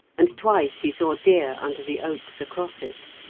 and twice he saw deer under the oaks across it.